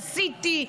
עשיתי,